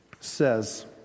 says